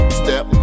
step